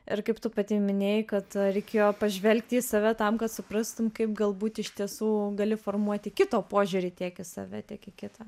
ir kaip tu pati minėjai kad reikėjo pažvelgti į save tam kad suprastum kaip galbūt iš tiesų gali formuoti kito požiūrį tiek į save tiek į kitą